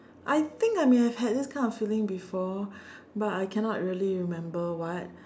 I think I may have had this kind of feeling before but I cannot really remember what